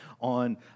On